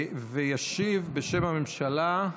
ישיב בשם הממשלה,